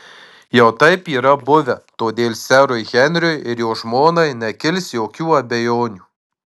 jau taip yra buvę todėl serui henriui ir jo žmonai nekils jokių abejonių